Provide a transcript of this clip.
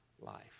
life